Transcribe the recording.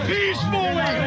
Peacefully